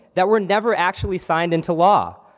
that would never actually sign into law,